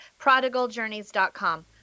prodigaljourneys.com